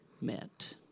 met